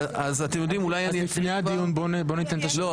אז לפני הדיון, בוא ניתן את השמות.